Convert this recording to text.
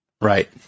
Right